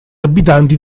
abitanti